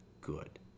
good